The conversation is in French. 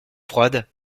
froide